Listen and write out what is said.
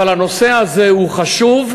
אבל הנושא הזה הוא חשוב,